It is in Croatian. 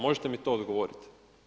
Možete mi to odgovoriti.